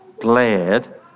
glad